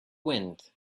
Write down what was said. wind